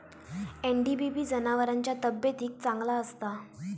NDBB जनावरांच्या तब्येतीक चांगला असता